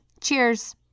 Cheers